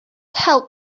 help